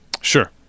Sure